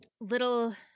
little